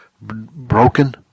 broken